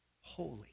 holy